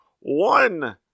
one